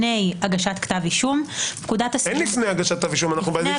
להגיש כתב אישום בעתיד ועדיין הולך